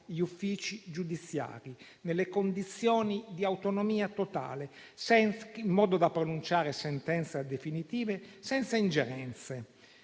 uffici giudiziari nelle condizioni di autonomia totale, in modo da pronunciare sentenze definitive senza ingerenze,